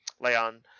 Leon